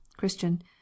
Christian